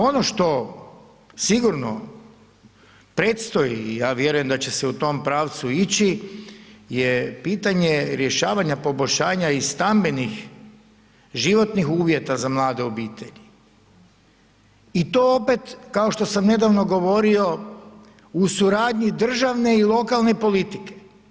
Ono što sigurno predstoji i ja vjerujem da će se u tom pravcu ići je pitanje rješavanja poboljšanja i stambenih životnih uvjeta za mlade obitelji i to opet, kao što sam nedavno govorio u suradnji državne i lokalne politike.